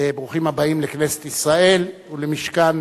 ברוכים הבאים לכנסת ישראל ולמשכן